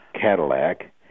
Cadillac